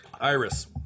Iris